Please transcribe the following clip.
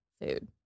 food